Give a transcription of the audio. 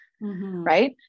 Right